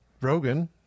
Rogan